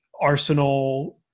Arsenal